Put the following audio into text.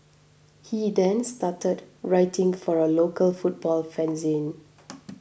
he then started writing for a local football fanzine